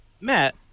Matt